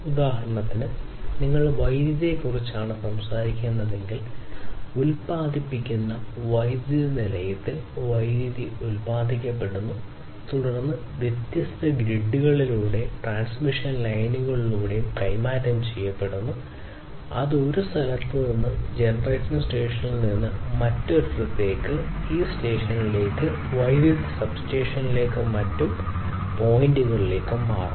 ഉദാഹരണത്തിന് നിങ്ങൾ വൈദ്യുതിയെക്കുറിച്ചാണ് സംസാരിക്കുന്നതെങ്കിൽ ഉൽപ്പാദിപ്പിക്കുന്ന വൈദ്യുത നിലയത്തിൽ വൈദ്യുതി ഉത്പാദിപ്പിക്കപ്പെടുന്നു തുടർന്ന് അത് വ്യത്യസ്ത ഗ്രിഡുകളിലൂടെയും കൈമാറ്റം ചെയ്യപ്പെടുന്നു അത് ഒരു സ്ഥലത്ത് നിന്ന് ജനറേഷൻ സ്റ്റേഷനിൽ നിന്ന് മറ്റൊരിടത്തേക്ക് ഈ സ്റ്റേഷനിലേക്ക് വൈദ്യുതി സബ്സ്റ്റേഷനുകളിലേക്കും മറ്റ് പോയിന്റുകളിലേക്കും മാറ്റുന്നു